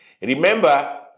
Remember